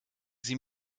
sie